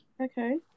okay